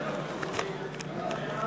קבוצת סיעת קדימה,